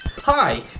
Hi